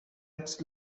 its